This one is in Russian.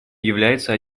является